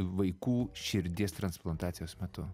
vaikų širdies transplantacijos metu